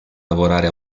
lavorare